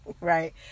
right